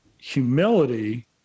humility